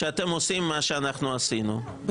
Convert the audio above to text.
עושים מה שאנחנו עשינו,